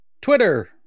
Twitter